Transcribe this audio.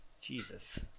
Jesus